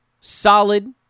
solid